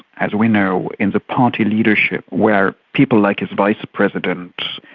as we know, in the party leadership, where people like his vice-president,